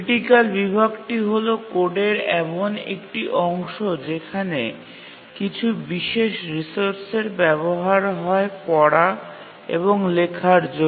critical বিভাগটি হল কোডের এমন একটি অংশ যেখানে কিছু বিশেষ রিসোর্সের ব্যবহার করা হয় পড়া এবং লেখার জন্য